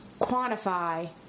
quantify